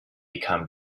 become